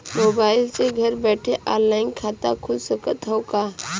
Mobile से घर बैठे ऑनलाइन खाता खुल सकत हव का?